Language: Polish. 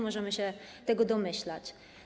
Możemy się tego domyślać.